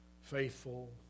Faithful